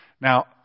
Now